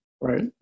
Right